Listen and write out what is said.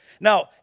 Now